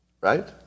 Right